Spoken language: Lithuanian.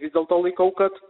vis dėlto laikau kad